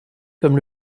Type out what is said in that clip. comme